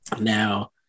Now